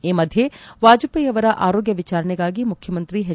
ಈ ಮಧ್ಯೆ ವಾಜಪೇಯಿ ಅವರ ಆರೋಗ್ಯ ವಿಚಾರಣೆಗಾಗಿ ಮುಖ್ಯಮಂತ್ರಿ ಎಚ್